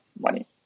money